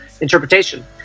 interpretation